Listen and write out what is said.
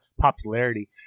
popularity